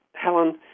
Helen